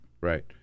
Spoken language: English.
Right